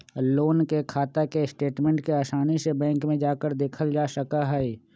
loan के खाता के स्टेटमेन्ट के आसानी से बैंक में जाकर देखल जा सका हई